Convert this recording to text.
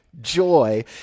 joy